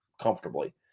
comfortably